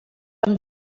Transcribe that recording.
amb